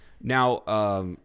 Now